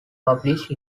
published